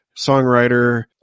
songwriter